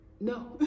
no